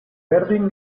berdin